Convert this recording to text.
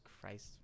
Christ